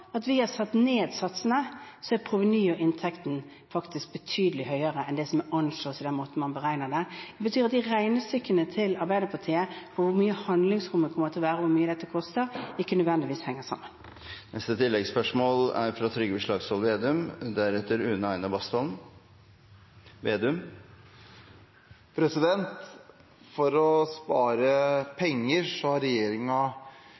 at vi har satt ned satsene, er provenyet av inntekten betydelig høyere enn det som anslås i måten man beregner det på. Det betyr igjen at regnestykkene til Arbeiderpartiet – hvor mye handlingsrom det måtte være, og hvor mye det koster – ikke nødvendigvis henger sammen. Trygve Slagsvold Vedum – til oppfølgingsspørsmål. For å spare penger har regjeringen kuttet ut å